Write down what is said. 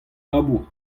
labour